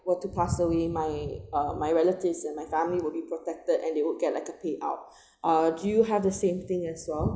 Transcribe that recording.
were to pass away my uh my relatives and my family will be protected and they would get like a payout uh do you have the same thing as well